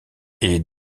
est